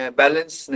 balance